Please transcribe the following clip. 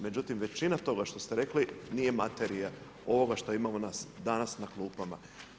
Međutim, većina tog što ste rekli, nije materijala, ovog što imamo danas na klupama.